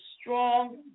strong